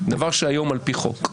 דבר שהיום על פי חוק.